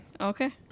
Okay